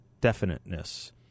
definiteness